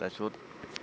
তাৰপিছত